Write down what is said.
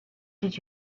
did